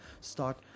start